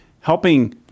helping